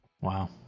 Wow